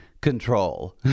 control